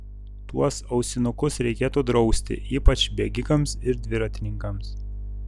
tuos ausinukus reikėtų drausti ypač bėgikams ir dviratininkams